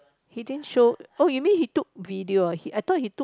he didn't show oh you mean he took video oo I thought he took